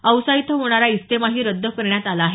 औसा इथं होणारा इज्तेमाही रद्द करण्यात आला आहे